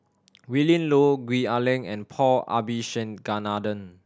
Willin Low Gwee Ah Leng and Paul Abisheganaden